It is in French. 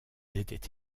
étaient